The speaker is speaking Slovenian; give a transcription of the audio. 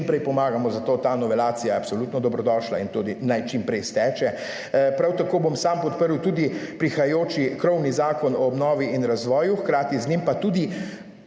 prej pomagamo, zato ta novelacija je absolutno dobrodošla in tudi naj čim prej steče. Prav tako bom sam podprl tudi prihajajoči krovni zakon o obnovi in razvoju, hkrati z njim pa tudi